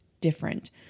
different